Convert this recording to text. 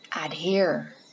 adhere